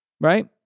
right